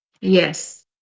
yes